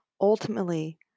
ultimately